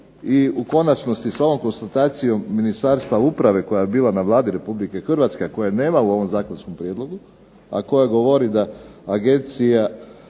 i u konačnosti sa ovom konstatacijom Ministarstva uprave koja je bila na Vladi Republike Hrvatske, a koje nema u ovom zakonskom prijedlogu, a koja govori da agencija,